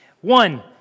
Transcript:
One